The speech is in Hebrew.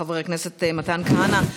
חבר הכנסת מתן כהנא.